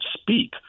speak